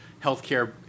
healthcare